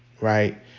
Right